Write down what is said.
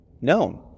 known